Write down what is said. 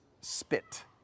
spit